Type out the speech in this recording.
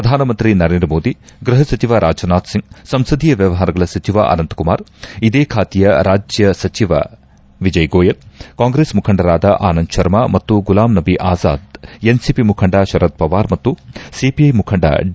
ಪ್ರಧಾನಮಂತ್ರಿ ನರೇಂದ್ರ ಮೋದಿ ಗೃಹಸಚಿವ ರಾಜನಾಥ್ ಸಿಂಗ್ ಸಂಸದೀಯ ವ್ಯವಹಾರಗಳ ಸಚಿವ ಅನಂತಕುಮಾರ್ ಇದೇ ಖಾತೆಯ ರಾಜ್ಯ ಸಚಿವ ವಿಜಯ್ ಗೋಯಲ್ ಕಾಂಗ್ರೆಸ್ ಮುಖಂಡರಾದ ಆನಂದ್ ಶರ್ಮಾ ಮತ್ತು ಗುಲಾಮ್ ನಬಿ ಆಜಾದ್ ಎನ್ಸಿಪಿ ಮುಖಂಡ ಶರದ್ ಪವಾರ್ ಮತ್ತು ಸಿಪಿಐ ಮುಖಂಡ ಡಿ